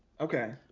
Okay